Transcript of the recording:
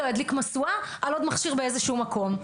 לא ידליק משואה על עוד מכשיר באיזשהו מקום.